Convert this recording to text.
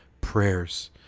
prayers